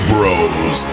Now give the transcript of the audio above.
Bros